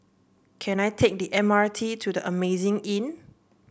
can I take the M R T to The Amazing Inn